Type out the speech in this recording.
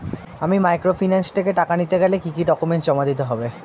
আমি মাইক্রোফিন্যান্স থেকে টাকা নিতে গেলে কি কি ডকুমেন্টস জমা দিতে হবে?